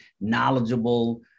knowledgeable